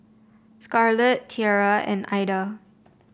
Scarlet Tiera and Aida